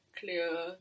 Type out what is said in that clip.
clear